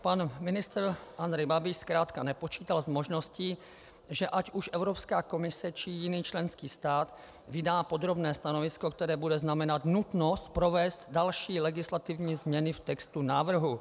Pan ministr Andrej Babiš zkrátka nepočítal s možností, že ať už Evropská komise, či jiný členský stát vydá podrobné stanovisko, které bude znamenat nutnost provést další legislativní změny v textu návrhu.